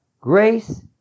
grace